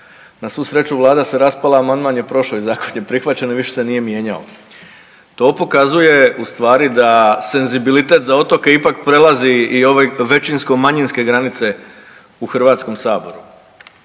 Na svu sreću vlada se raspala, amandman je prošao i zakon je prihvaćen i više se nije mijenjao. To pokazuje u stvari da senzibilitet za otoke ipak prelazi i ove većinsko manjinske granice u Hrvatskom saboru